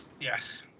Yes